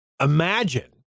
Imagine